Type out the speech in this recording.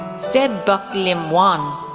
sae buck lim won,